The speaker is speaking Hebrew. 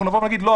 נבוא ונגיד: לא,